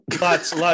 lots